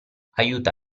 aiuta